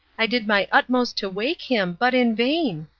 i did my utmost to wake him, but in vain.